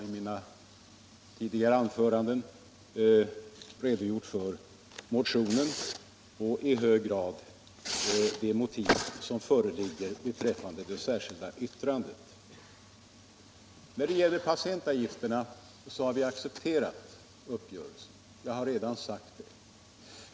I mina tidigare anföranden har jag redogjort för motionen och också för de motiv som föreligger beträffande det särskilda yttrandet. När det gäller patientavgifterna har vi accepterat uppgörelsen.